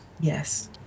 Yes